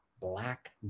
black